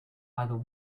either